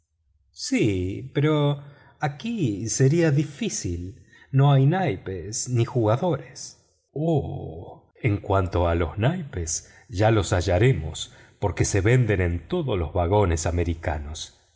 sí pero aquí sería difícil no hay naipes ni jugadores oh en cuanto a los naipes ya los hallaremos porque se venden en todos los vagones americanos